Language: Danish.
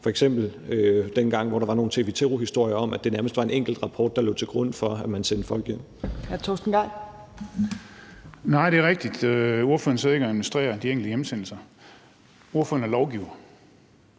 som f.eks. dengang, hvor der var nogle historier i TV 2 om, at det nærmest var en enkelt rapport, der lå til grund for, at man sendte folk hjem.